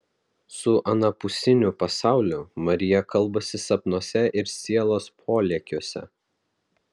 su anapusiniu pasauliu marija kalbasi sapnuose ir sielos polėkiuose